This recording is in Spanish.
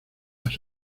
las